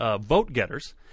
vote-getters